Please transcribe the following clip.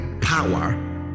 power